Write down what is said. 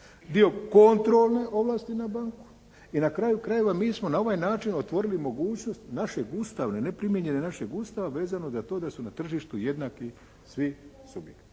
dio kontrolne ovlasti na banku i na kraju krajeva mi smo na ovaj način otvorili mogućnost našeg Ustava, …/Govornik se ne razumije./… našeg Ustava vezano za to da su na tržištu jednaki svi subjekti.